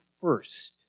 first